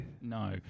No